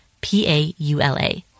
P-A-U-L-A